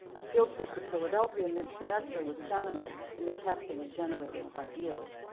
a field trip to philadelphia mid-semester was seminal in the testing and generating of ideas.